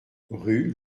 rue